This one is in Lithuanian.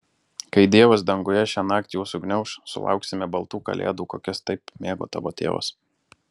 kai dievas danguje šiąnakt juos sugniauš sulauksime baltų kalėdų kokias taip mėgo tavo tėvas